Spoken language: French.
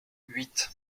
huit